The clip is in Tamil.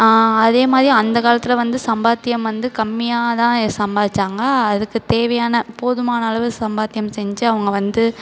அதே மாதிரி அந்த காலத்தில் வந்து சம்பாத்தியம் வந்து கம்மியாக தான் சம்பாதித்தாங்க அதுக்கு தேவையான போதுமான அளவு சம்பாத்தியம் செஞ்சு அவங்க வந்து